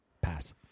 Pass